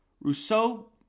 Rousseau